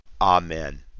Amen